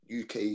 UK